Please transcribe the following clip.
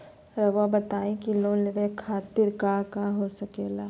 रउआ बताई की लोन लेवे खातिर काका हो सके ला?